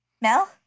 Mel